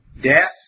death